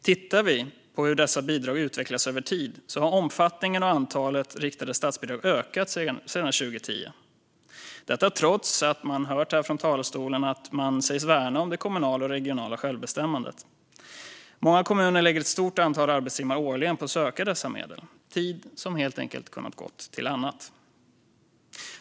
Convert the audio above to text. De riktade statsbidragen har ökat sedan 2010 i både omfattning och antal - trots att man säger sig värna om det kommunala och regionala självbestämmandet, som vi hört från talarstolen. Många kommuner lägger årligen ett stort antal arbetstimmar på att söka dessa medel, tid som helt enkelt hade kunnat gå till annat.